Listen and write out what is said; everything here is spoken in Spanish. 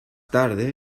tarde